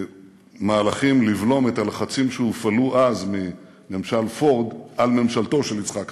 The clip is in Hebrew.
מהלכים לבלום את הלחצים שהופעלו אז מממשל פורד על ממשלתו של יצחק רבין.